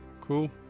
cool